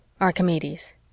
Archimedes